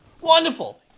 Wonderful